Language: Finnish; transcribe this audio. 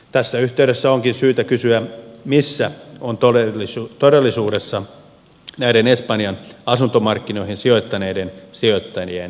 tässä yhteydessä onkin syytä kysyä missä ovat todellisuudessa espanjan asuntomarkkinoihin sijoittaneiden sijoittajien vastuut